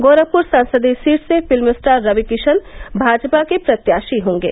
गोरखपुर संसदीय सीट से film star Ravi Kishan Bhajpa के प्रत्याशी होंगे